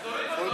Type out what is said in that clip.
אז תוריד אותו.